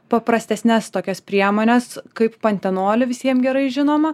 paprastesnes tokias priemones kaip pantenolį visiem gerai žinomą